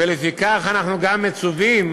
ולפיכך אנחנו גם מצווים